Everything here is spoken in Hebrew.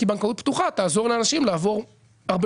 כי בנקאות פתוחה תעזור לאנשים לעבור הרבה